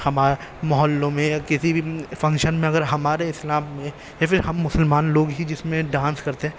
ہمارے محلوں میں یا کسی بھی فنکشن میں اگر ہمارے اسلام میں یا پھر ہم مسلمان لوگ ہی جس میں ڈانس کرتے